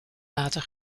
water